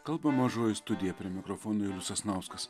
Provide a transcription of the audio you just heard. kalba mažoji studija prie mikrofono julius sasnauskas